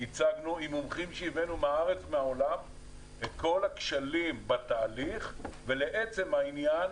הצגנו עם מומחים שהבאנו מהארץ ומהעולם את כל הכשלים בתהליך ולעצם העניין